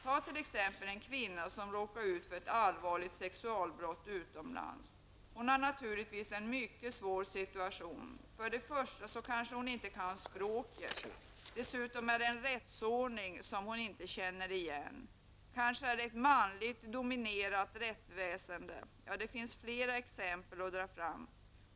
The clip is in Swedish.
Ta exemplet med en kvinna som råkar ut för ett allvarligt sexualbrott utomlands. Hon har naturligtvis en svår situation. Hon behärskar kanske inte språket. Dessutom kan det vara en rättsordning som hon inte känner till. Rättsväsendet kan vara manligt dominerat, ja det finns flera saker som man kunde nämna.